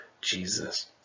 jesus